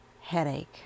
headache